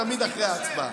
זה תמיד היה אחרי הצבעה.